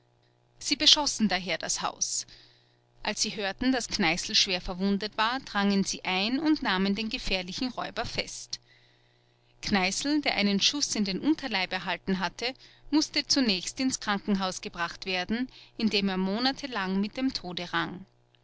sie beschossen daher das haus als sie hörten daß kneißl schwer verwundet war drangen sie ein und nahmen den gefährlichen räuber fest kneißl der einen schuß in den unterleib erhalten hatte mußte zunächst ins krankenhaus gebracht werden in dem er monatelang mit dem tode rang